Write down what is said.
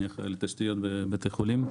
אחראי על התשתיות בבתי חולים.